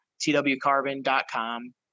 twcarbon.com